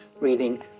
reading